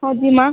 ହଁ ଯିମା